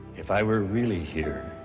if i were really here,